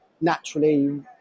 naturally